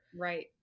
Right